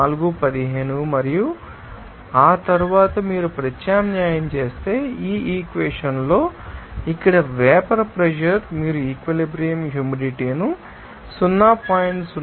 415 మరియు ఆ తరువాత మీరు ప్రత్యామ్నాయం చేస్తే ఈ ఈక్వెషన్లో ఇక్కడ వేపర్ ప్రెషర్ మీరు ఈక్విలిబ్రియం హ్యూమిడిటీ ను 0